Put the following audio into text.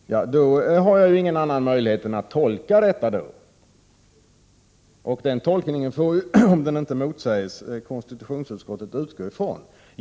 Herr talman! Då har jag ingen annan möjlighet än att tolka statsrådets uttalande, och den tolkningen får, om den inte motsägs, konstitutionsutskottet utgå från.